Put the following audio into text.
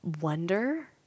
wonder